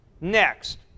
Next